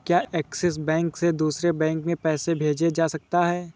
क्या Axis bank से दूसरे बैंक में पैसे भेजे जा सकता हैं?